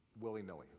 willy-nilly